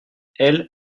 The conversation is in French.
elles